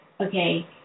okay